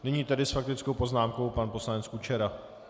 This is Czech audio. Nyní tedy s faktickou poznámkou pan poslanec Kučera.